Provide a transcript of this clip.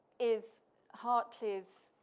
is hartley's